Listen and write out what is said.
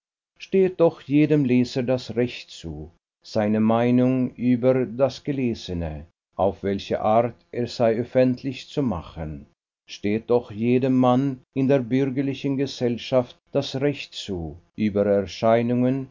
steht doch jedem leser das recht zu seine meinung über das gelesene auf welche art es sei öffentlich zu machen steht doch jedem mann in der bürgerlichen gesellschaft das recht zu über erscheinungen